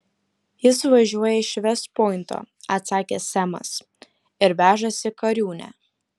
jis važiuoja iš vest pointo atsakė semas ir vežasi kariūnę